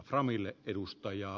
arvoisa puhemies